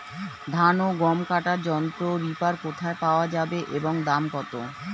ধান ও গম কাটার যন্ত্র রিপার কোথায় পাওয়া যাবে এবং দাম কত?